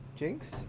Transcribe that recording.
Jinx